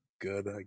good